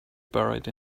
buried